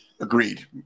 Agreed